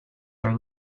are